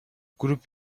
grup